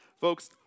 Folks